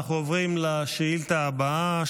אנחנו עוברים לשאילתה הבאה,